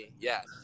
yes